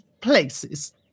places